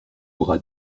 aura